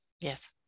Yes